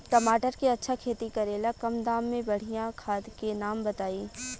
टमाटर के अच्छा खेती करेला कम दाम मे बढ़िया खाद के नाम बताई?